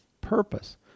Purpose